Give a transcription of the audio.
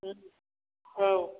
औ